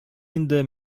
инде